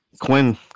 Quinn